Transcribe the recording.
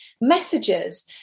messages